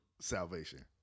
salvation